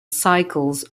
cycles